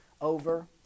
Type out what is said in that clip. over